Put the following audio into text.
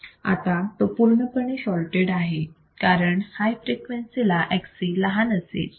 आता तो पूर्णपणे शॉर्टटेड आहे कारण हाय फ्रिक्वेन्सी ला Xc लहान असेल